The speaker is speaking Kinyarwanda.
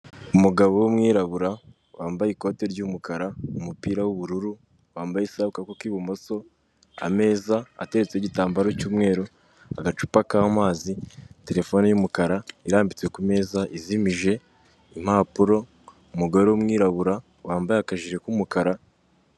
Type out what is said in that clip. Umugabo w'umwirabura wambaye ikoti ry'umukara umupira w'ubururu wambaye isaha ku kabako k'ibumoso, ameza atetseho igitambaro cy'umweru agacupa kamazi, terefone y'umukara irambitse ku meza izimije impapuro, umugore w'umwirabura wambaye akajipo k'umukara.